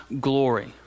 glory